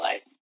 life